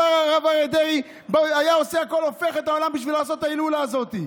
השר אריה דרעי היה הופך את העולם בשביל לעשות את ההילולה הזאת.